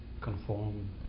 conform